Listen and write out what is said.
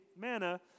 manna